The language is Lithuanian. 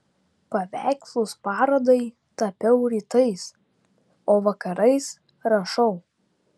paveikslus parodai tapiau rytais o vakarais rašau